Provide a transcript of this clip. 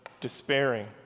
despairing